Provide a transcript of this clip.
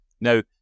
Now